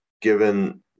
given